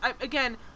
again